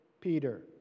Peter